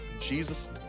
Jesus